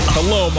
Hello